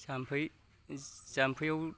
जाम्फै जाम्फैयाव